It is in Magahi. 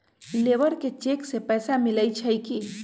लेबर के चेक से पैसा मिलई छई कि?